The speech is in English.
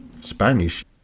spanish